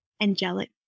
angelic